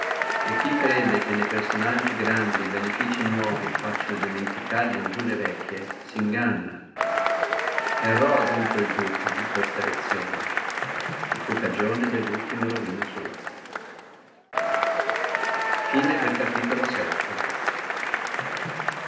e chi crede che ne personaggi grandi e benefizii nuovi faccino dimenticare le iniurie vecchie singanna errò adunque el duca in questa elezione e fu cagione dellultima ruina sua